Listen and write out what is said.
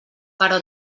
però